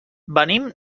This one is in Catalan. venim